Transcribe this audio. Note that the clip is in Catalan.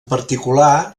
particular